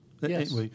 Yes